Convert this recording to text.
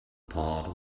part